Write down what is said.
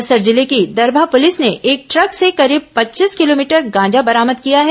बस्तर जिले की दरभा पुलिस ने एक ट्रक से करीब पच्चीस किलोमीटर गांजा बरामद किया है